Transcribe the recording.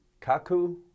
Kaku